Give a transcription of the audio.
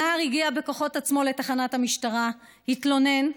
הנער הגיע בכוחות עצמו לתחנת המשטרה, התלונן.